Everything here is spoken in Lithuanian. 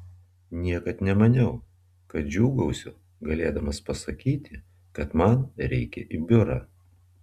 niekad nemaniau kad džiūgausiu galėdamas pasakyti kad man reikia į biurą